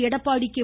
Edappadi K